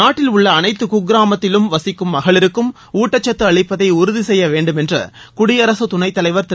நாட்டில் உள்ள அனைத்து குக்கிராமத்திலும் வசிக்கும் மகளிருக்கு ஊட்டச்சத்து அளிப்பதை உறுதி செய்ய வேண்டும் என்று குடியரசுத் துணைத் தலைவர் திரு